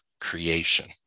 creation